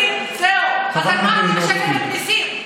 חברת הכנסת מלינובסקי,